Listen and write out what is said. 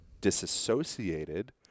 disassociated